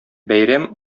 бәйрәм